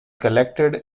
collected